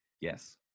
Yes